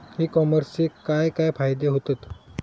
E कॉमर्सचे काय काय फायदे होतत?